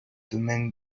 domaines